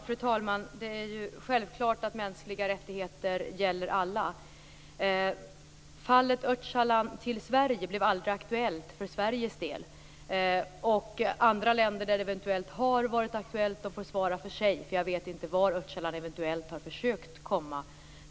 Fru talman! Det är ju självklart att mänskliga rättigheter gäller alla. Fallet med Öcalan till Sverige blev aldrig aktuellt för Sveriges del. Andra länder där det eventuellt har varit aktuellt får svara för sig. Jag vet inte var Öcalan eventuellt har försökt komma.